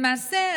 למעשה,